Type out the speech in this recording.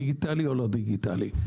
דיגיטלי או לא דיגיטלי.